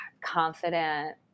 confident